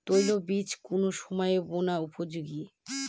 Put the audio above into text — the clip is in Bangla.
তৈল বীজ কোন সময় বোনার উপযোগী?